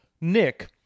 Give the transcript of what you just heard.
Nick